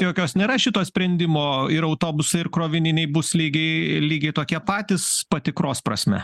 jokios nėra šito sprendimo ir autobusai ir krovininiai bus lygiai lygiai tokie patys patikros prasme